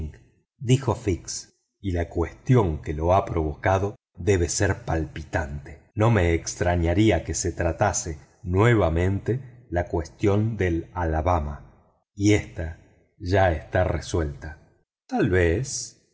fix y la cuestión que lo ha provocado debe ser palpitante no me extrañaría que se tratase nuevamente la cuestión del alabama aunque está resuelta tal vez